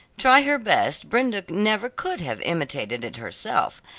try her best brenda never could have imitated it herself,